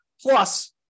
Plus